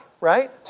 right